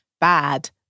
bad